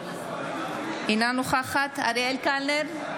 אינה נוכחת אריאל קלנר,